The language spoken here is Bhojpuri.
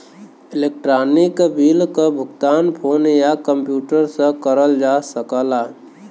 इलेक्ट्रानिक बिल क भुगतान फोन या कम्प्यूटर से करल जा सकला